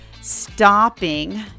stopping